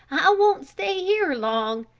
i won't stay here long,